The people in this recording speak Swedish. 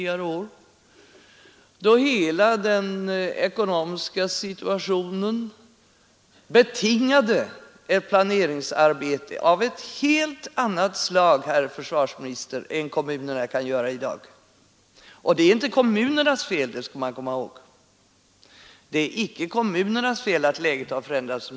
Men då betingade den ekonomiska situationen ett planeringsarbete av ett helt annat slag än kommunerna kan göra i dag. Man skall komma ihåg att det inte är kommunernas fel att läget har förändrats så.